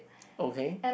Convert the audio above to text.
okay